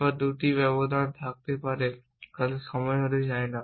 বা 2 ব্যবধান থাকতে পারে তাদের সময় হতে চায় না